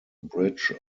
bridge